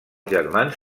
germans